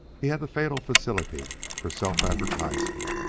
he had the fatal facility for self-advertisement.